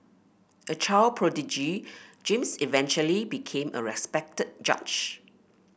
a child prodigy James eventually became a respected judge